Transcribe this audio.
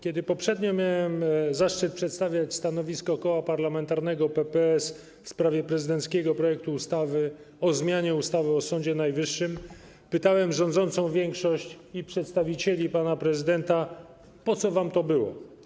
Kiedy poprzednio miałem zaszczyt przedstawiać stanowisko Koła Parlamentarnego PPS w sprawie prezydenckiego projektu ustawy o zmianie ustawy o Sądzie Najwyższym, pytałem rządzącą większość i przedstawicieli pana prezydenta: Po co wam to było?